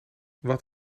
wat